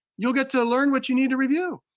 you'll get to learn what you need to review.